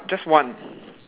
just one